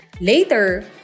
Later